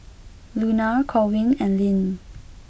Luna Corwin and Lyn